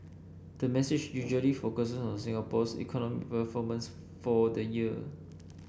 the message usually focuses on Singapore's economic performance for the year